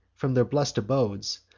from their blest abodes,